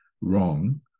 wrong